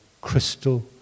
crystal